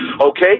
Okay